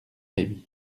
rémy